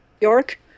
York